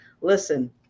listen